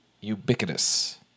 ubiquitous